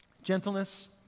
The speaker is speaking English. Gentleness